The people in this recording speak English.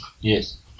Yes